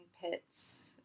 pits